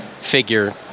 figure